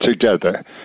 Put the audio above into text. together